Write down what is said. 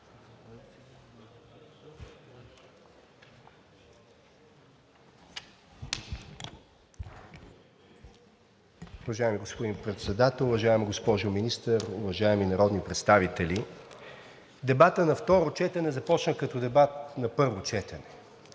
Дебатът на второ четене започна като дебат на първо четене.